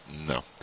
No